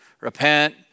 Repent